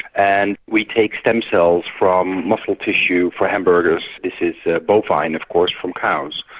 and we take stem cells from muscle tissue for hamburgers, this is bovine of course, from cows,